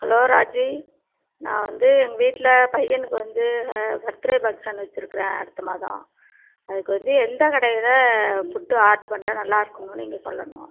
hello Raji நான் வந்து எங்கள் வீட்டில் பையனுக்கு வந்து பர்த்டே ஃபங்க்ஷன் வச்சிருக்கிறேன் அடுத்தமாதம் அதுக்கு வந்து எந்த கடையில் ஃபுட்டு ஆர்ட்ரு பண்ணால் நல்லாயிருக்குன்னு நீங்கள் சொல்லணும்